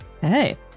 Hey